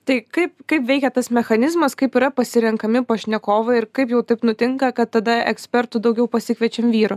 tai kaip kaip veikia tas mechanizmas kaip yra pasirenkami pašnekovai ir kaip jau taip nutinka kad tada ekspertų daugiau pasikviečiam vyrų